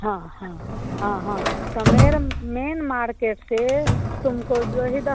हाँ हाँ हाँ हाँ तो मेरे मेन मार्केट से तुमको जो है दस